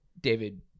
David